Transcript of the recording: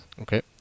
Okay